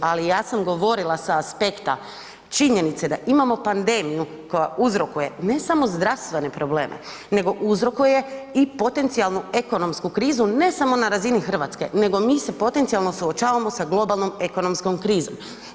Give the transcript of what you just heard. Ali ja sam govorila sa aspekta činjenice da imamo pandemiju koja uzrokuje ne samo zdravstvene probleme nego uzrokuje i potencijalnu ekonomsku krizu, ne samo na razini Hrvatske nego mi se potencijalno suočavamo sa globalnom ekonomskom krizom.